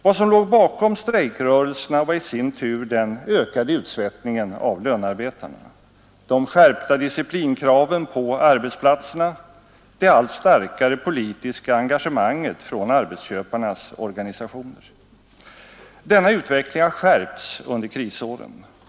Vad som låg bakom strejkrörelserna var i sin tur den ökade utsvettningen av lönearbetarna, de skärpta disciplinkraven på arbetsplatserna, det allt starkare politiska engagemanget från arbetsköparnas organisationer. Denna utveckling har skärpts under krisåren.